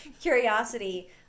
curiosity